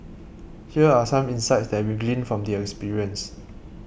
here are some insights that we gleaned from the experience